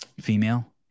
Female